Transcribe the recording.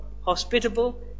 hospitable